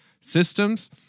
systems